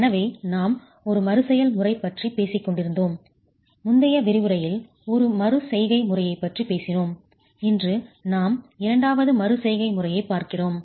எனவே நாம் ஒரு மறுசெயல் முறை பற்றி பேசிக்கொண்டிருந்தோம் முந்தைய விரிவுரையில் ஒரு மறு செய்கை முறையைப் பற்றிப் பேசினோம் இன்று நாம் இரண்டாவது மறு செய்கை முறையைப் பார்க்கிறோம்